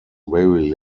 very